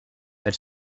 elle